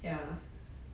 ya